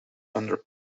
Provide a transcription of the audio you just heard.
under